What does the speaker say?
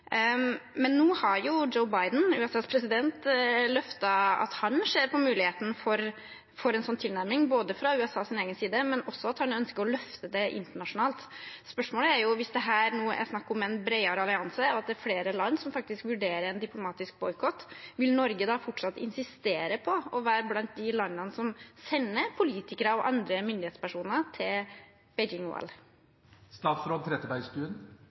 Men nå har USAs president, Joe Biden, løftet at han ser på muligheten for en slik tilnærming fra USAs side og at han ønsker å løfte det internasjonalt. Spørsmålet er om dette er en bredere allianse og om det er flere land som faktisk vurderer en diplomatisk boikott. Vil Norge da fortsatt insistere på å være blant de landene som sender politikere og andre myndighetspersoner til